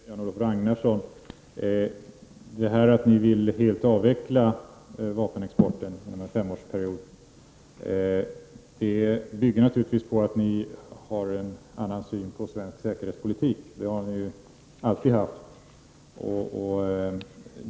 Fru talman! Jag vänder mig till att börja med till Jan-Olof Ragnarsson. Att ni helt vill avveckla vapenexporten under en 5-årsperiod bygger naturligtvis på att ni har en annan syn på svensk säkerhetspolitik. Det har ni alltid haft.